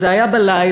זה היה בלילה,